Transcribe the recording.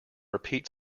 repeat